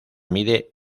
mide